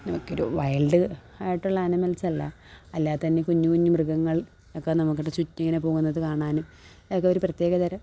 നമുക്കൊരു വൈൽഡ് ആയിട്ടുള്ള ആനിമൽസ് അല്ല അല്ലാത്ത തന്നെ കുഞ്ഞ് കുഞ്ഞ് മൃഗങ്ങൾ ഒക്കെ നമക്കട ചുറ്റും ഇങ്ങനെ പോകുന്നത് കാണാനും അത് ഒരു പ്രത്യേകതരം